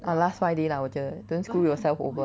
ah last five day lah 我觉得 don't screw yourself over